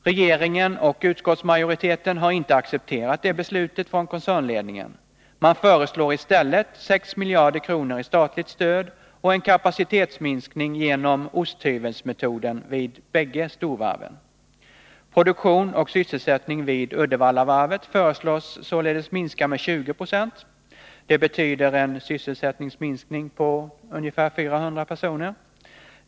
Regeringen och utskottsmajoriteten har inte accepterat det beslutet från koncernledningen. Man föreslår i stället 6 miljarder kronor i statligt stöd och en kapacitetsminskning genom ”osthyvelsmetoden” vid båda storvarven. Produktion och sysselsättning vid Uddevallavarvet förslås således minska med 2076 — det betyder en sysselsättningsminskning på ungefär 400 personer.